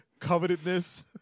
Covetedness